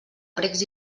precs